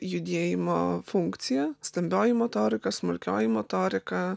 judėjimo funkcija stambioji motorika smulkioji motorika